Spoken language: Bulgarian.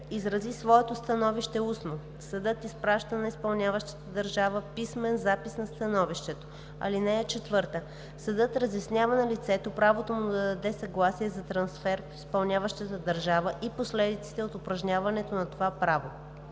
изрази своето становище устно, съдът изпраща на изпълняващата държава писмен запис на становището. (4) Съдът разяснява на лицето правото му да даде съгласие за трансфер в изпълняващата държава и последиците от упражняването на това право.